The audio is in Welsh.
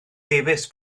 davies